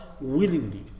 willingly